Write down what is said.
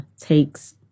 takes